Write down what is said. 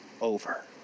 over